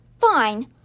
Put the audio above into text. Fine